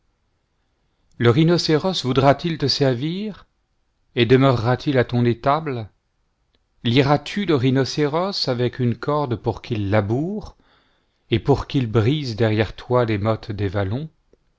le rhinocéros voudra-t-il te servir et demeure-t-il à ton étable iras-tu le rhinocéros avec une corde pour qu'il laboure et pour qu'il brise derrière toi les mottes des vallons